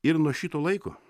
ir nuo šito laiko